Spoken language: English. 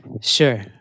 Sure